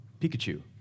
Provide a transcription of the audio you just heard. Pikachu